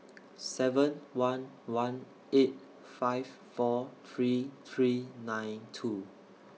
seven one one eight five four three three nine two